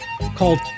called